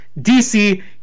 DC